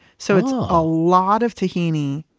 so, it's a lot of tahini,